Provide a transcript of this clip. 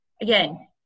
again